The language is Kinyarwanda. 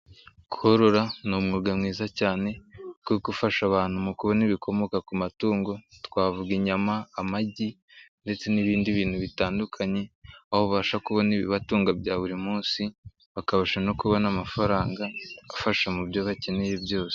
Korora ni umwuga mwiza cyane kuko ufasha abantu mu kubona ibikomoka ku matungo twavuga: inyama, amagi ndetse n'ibindi bintu bitandukanye, aho ubasha kubona ibibatunga bya buri munsi bakabasha no kubona amafaranga abafasha mu byo bakeneye byose.